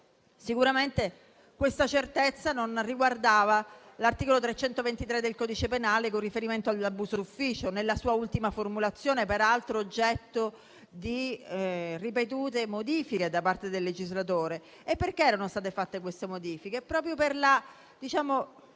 sicuramente questa certezza non riguardava l'articolo 323 del codice penale, con riferimento all'abuso d'ufficio, nella sua ultima formulazione, peraltro oggetto di ripetute modifiche da parte del legislatore. Perché erano state fatte quelle modifiche?